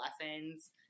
lessons